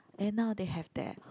and now they have that